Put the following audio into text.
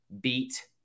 beat –